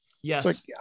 Yes